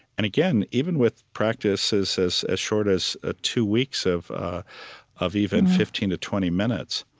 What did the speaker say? and again, even with practices as as short as ah two weeks of ah of even fifteen to twenty minutes,